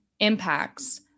impacts